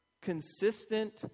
consistent